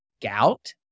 gout